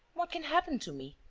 what can happen to me?